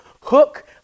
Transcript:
hook